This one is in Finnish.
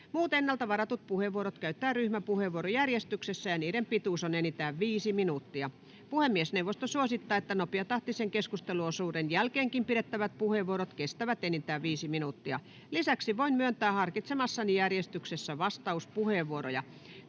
Muut ennalta varatut puheenvuorot käytetään ryhmäpuheenvuorojärjestyksessä ja niiden pituus on enintään viisi minuuttia. Puhemiesneuvosto suosittaa, että nopeatahtisen keskusteluosuuden jälkeenkin pidettävät puheenvuorot kestävät enintään viisi minuuttia. Lisäksi voin myöntää harkitsemassani järjestyksessä vastauspuheenvuoroja.